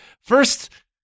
first